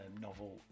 novel